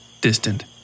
distant